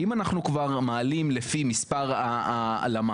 אם אנחנו כבר מעלים לפי מספר הלמ"ס,